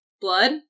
blood